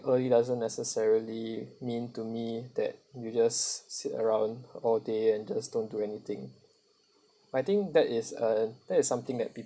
early doesn't necessarily mean to me that you just sit around all day and just don't do anything I think that is uh that is something that